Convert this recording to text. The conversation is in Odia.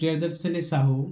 ପ୍ରିୟଦର୍ଶନୀ ସାହୁ